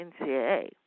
NCAA